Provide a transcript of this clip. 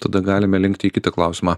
tada galime linkti į kitą klausimą